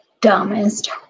dumbest